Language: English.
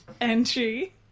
entry